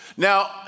Now